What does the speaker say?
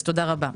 אז תודה רבה.